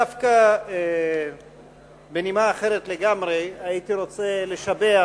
דווקא בנימה אחרת לגמרי, הייתי רוצה לשבח